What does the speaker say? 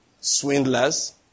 swindlers